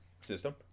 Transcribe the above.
system